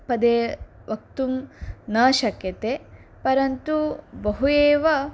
पदे वक्तुं न शक्यते परन्तु बहु एव